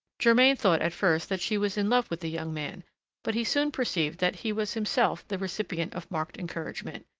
germain thought at first that she was in love with the young man but he soon perceived that he was himself the recipient of marked encouragement,